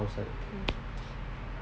outside